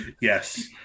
yes